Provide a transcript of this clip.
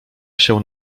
się